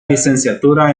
licenciatura